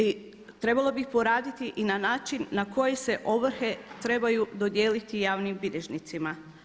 I trebalo bi poraditi i na načinu na koji se ovrhe trebaju dodijeliti javnim bilježnicima.